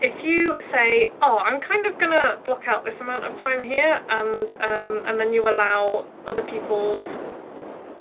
if you say aw, ah i'm kind of gonna block out this amount of time here. and um and then you allow other people's